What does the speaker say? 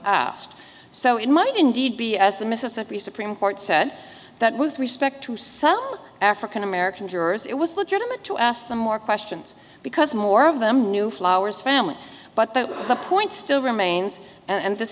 asked so it might indeed be as the mississippi supreme court said that with respect to some african american jurors it was the gentleman to ask them more questions because more of them knew flours family but that the point still remains and this